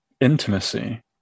intimacy